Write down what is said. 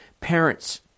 parents